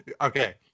Okay